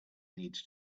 needs